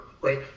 right